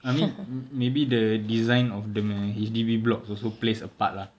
I mean maybe the design of dia punya H_D_B blocks also plays a part lah